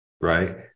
right